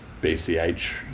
BCH